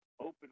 open